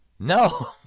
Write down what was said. No